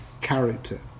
character